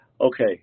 okay